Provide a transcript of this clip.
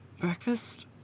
breakfast